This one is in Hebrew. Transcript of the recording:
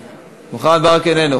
מוחמד ברכה איננו.